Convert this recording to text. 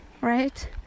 right